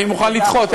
אני מוכן לדחות.